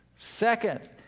Second